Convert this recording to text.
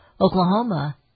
Oklahoma